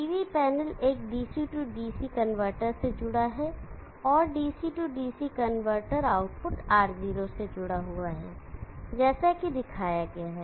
PV panel एक DC DC converter से जुड़ा है और DC DC converter output R0 से जुड़ा हुआ है जैसा कि दिखाया गया है